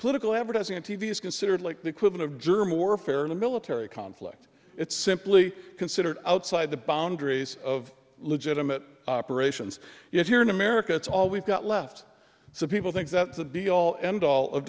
political advertising on t v is considered like the equivalent of germ warfare in a military conflict it's simply considered outside the boundaries of legitimate operations yet here in america it's all we've got left so people think that's the be all end all of